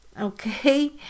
okay